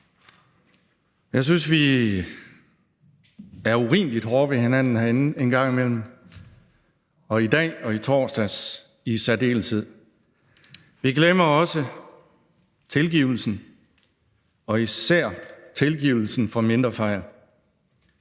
Jeg synes, vi er urimelig hårde ved hinanden herinde en gang imellem, og i dag og i torsdags i særdeleshed. Vi glemmer også tilgivelsen og især tilgivelsen for mindre fejl.